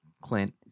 Clint